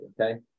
Okay